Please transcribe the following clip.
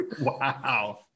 wow